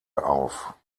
auf